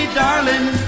darling